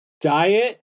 Diet